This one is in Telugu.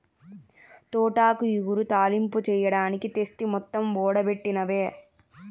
తోటాకు ఇగురు, తాలింపు చెయ్యడానికి తెస్తి మొత్తం ఓడబెట్టినవే